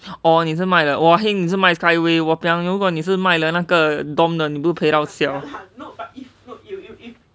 哦你是卖了 oh heng 你是卖 skyway !wahpiang! 如果你是卖了那个 dome 的你不陪到笑